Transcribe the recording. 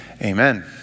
Amen